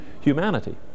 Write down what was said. humanity